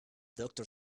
doctor